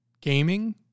gaming